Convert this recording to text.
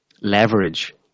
leverage